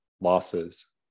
losses